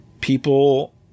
people